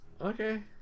Okay